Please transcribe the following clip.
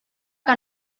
que